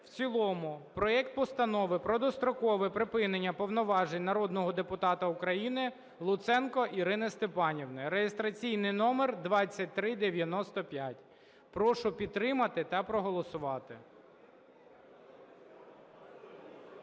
в цілому проект Постанови про дострокове припинення повноважень народного депутата України Луценко Ірини Степанівни (реєстраційний номер 2395). Прошу підтримати та проголосувати.